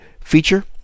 feature